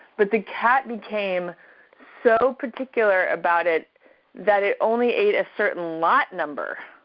but the cat became so particular about it that it only ate a certain lot number.